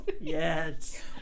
yes